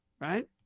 right